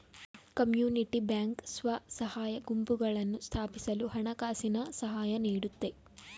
community bank ಸ್ವಸಹಾಯ ಗುಂಪುಗಳನ್ನು ಸ್ಥಾಪಿಸಲು ಹಣಕಾಸಿನ ಸಹಾಯ ನೀಡುತ್ತೆ